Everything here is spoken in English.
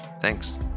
thanks